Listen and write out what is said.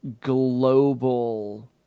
global